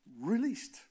released